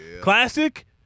Classic